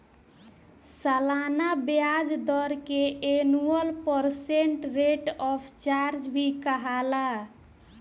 सलाना ब्याज दर के annual percent rate of charge भी कहाला